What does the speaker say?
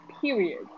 Period